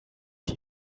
die